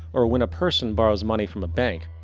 or when a person borrows money from a bank,